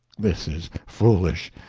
this is foolish,